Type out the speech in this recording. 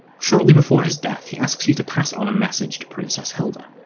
shortly before his death, he asks you to pass on a message to princess hilda.